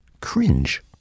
cringe